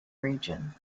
region